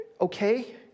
okay